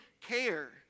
care